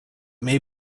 may